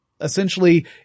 Essentially